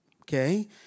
okay